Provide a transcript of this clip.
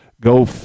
go